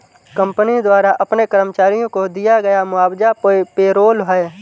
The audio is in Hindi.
कंपनी द्वारा अपने कर्मचारियों को दिया गया मुआवजा पेरोल है